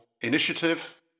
initiative